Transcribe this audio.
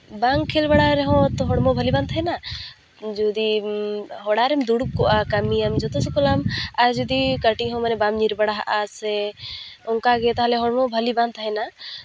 ᱵᱟᱢ ᱠᱷᱮᱞ ᱵᱟᱲᱟᱭ ᱨᱮᱦᱚᱸ ᱦᱚᱲᱢᱚ ᱵᱷᱟᱹᱞᱤ ᱵᱟᱝ ᱛᱟᱦᱮᱱᱟ ᱡᱩᱫᱤ ᱚᱲᱟᱜ ᱨᱮᱢ ᱫᱩᱲᱩᱵ ᱠᱚᱜᱼᱟ ᱠᱟᱹᱢᱤᱭᱟᱢ ᱡᱚᱛᱚ ᱪᱤᱠᱟᱹᱭᱟᱢ ᱟᱨ ᱡᱩᱫᱤ ᱠᱟᱹᱴᱤᱡ ᱦᱚᱸ ᱡᱚᱫᱤ ᱵᱟᱢ ᱧᱤᱨ ᱵᱟᱲᱟᱜᱼᱟ ᱥᱮ ᱚᱱᱠᱟᱜᱮ ᱛᱟᱦᱚᱞᱮ ᱦᱚᱲᱢᱚ ᱵᱷᱟᱞᱮ ᱵᱟᱝ ᱛᱟᱦᱮᱱᱟ